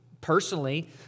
personally